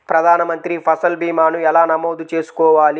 ప్రధాన మంత్రి పసల్ భీమాను ఎలా నమోదు చేసుకోవాలి?